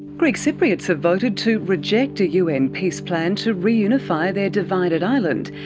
greek cypriots have voted to reject a un peace plan to reunify their divided island.